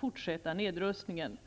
fortsätta nedrustningen.